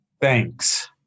thanks